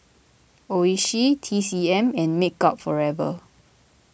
Oishi T C M and Makeup Forever